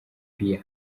biya